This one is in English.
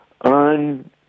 on